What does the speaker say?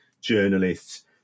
journalists